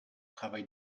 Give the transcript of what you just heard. travail